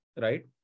Right